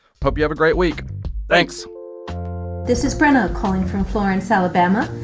hope you have a great week thanks this is brenna calling from florence, ah ah but ala.